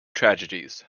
tragedies